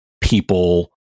people